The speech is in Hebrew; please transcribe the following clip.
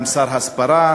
גם שר הסברה,